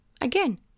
Again